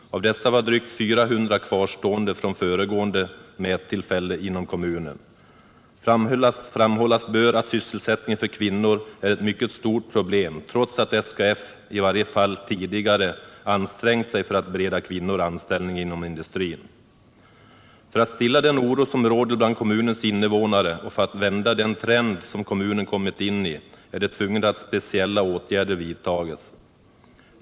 Av dessa var drygt 400 kvarstående från föregående mättillfälle inom kommunen. Det bör framhållas att sysselsättningen för kvinnor är ett mycket stort problem trots att SKF, i varje fall tidigare, ansträngt sig för att bereda kvinnor anställning inom industrin. För att stilla den oro som råder bland kommunens invånare och för att vända den trend som kommunen kommit in i är det tvunget att speciella åtgärder vidtas.